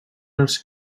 els